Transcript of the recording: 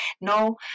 No